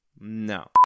No